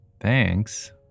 Thanks